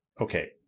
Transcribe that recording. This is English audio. okay